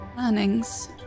earnings